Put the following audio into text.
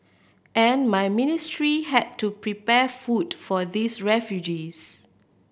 and my ministry had to prepare food for these refugees